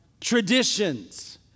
traditions